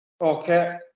Okay